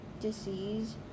disease